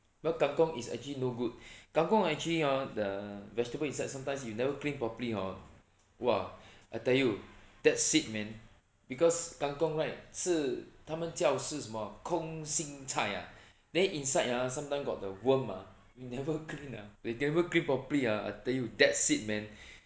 because kang kong is actually no good kang kong ha actually hor the vegetable inside sometimes you never clean properly hor !wah! I tell you that's it man because kang kong right 是他们叫是什么空心菜 ah then inside ah sometime got the worm ah you never clean ah they never clean properly ah I tell you that's it man